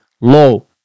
low